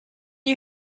you